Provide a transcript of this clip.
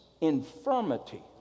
infirmity